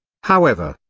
however,